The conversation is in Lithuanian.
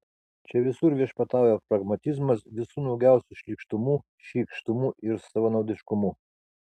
čia visur viešpatauja pragmatizmas visu nuogiausiu šlykštumu šykštumu ir savanaudiškumu